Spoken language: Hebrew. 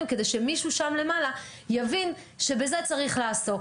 כדי שמישהו שם למעלה יבין שבזה צריך לעסוק.